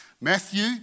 Matthew